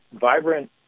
vibrant